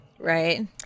right